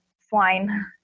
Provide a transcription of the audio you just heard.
swine